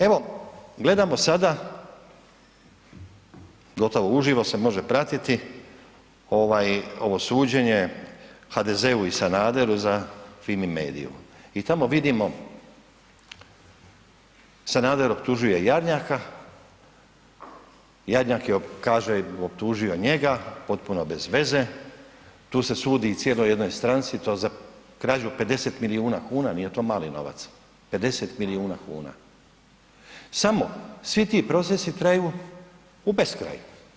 Evo gledamo sada gotovo uživo se može pratiti ovo suđenje HDZ-u i Sanaderu za Fimi Mediu i tamo vidimo Sanader optužuje Jarnjaka, Jarnjak je kaže optužio njega potpuno bezveze, tu se sudi cijeloj jednoj stranci i to za krađu 50 milijuna kuna, nije to mali novac 50 milijuna kuna, samo svi ti procesi traju u beskraj.